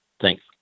Thanks